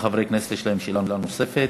לכמה חברי כנסת יש שאלה נוספת.